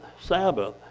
Sabbath